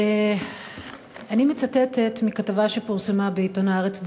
אני מצטטת מכתבה שפורסמה בעיתון "הארץ",